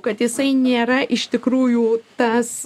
kad jisai nėra iš tikrųjų tas